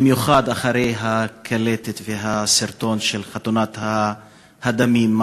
במיוחד אחרי הקלטת והסרטון של חתונת הדמים,